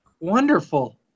Wonderful